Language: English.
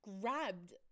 grabbed